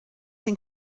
den